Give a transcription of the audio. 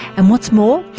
and what's more,